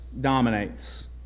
dominates